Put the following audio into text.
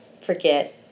forget